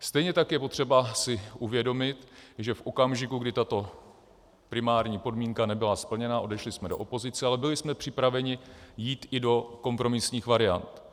Stejně tak je potřeba si uvědomit, že v okamžiku, kdy tato primární podmínka nebyla splněna, odešli jsme do opozice, ale byli jsme připraveni jít i do kompromisních variant.